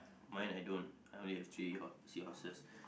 mine I don't I only have three horse seahorses